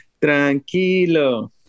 Tranquilo